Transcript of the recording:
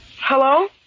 Hello